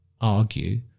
argue